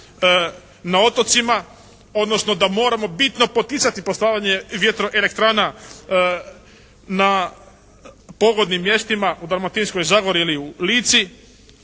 na otocima, odnosno da moramo bitno poticati postavljanje vjetroelektrana na pogodnim mjestima u Dalmatinskoj zagori ili u Lici.